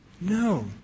No